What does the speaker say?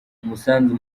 umusanzu